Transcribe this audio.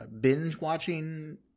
binge-watching